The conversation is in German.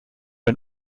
ein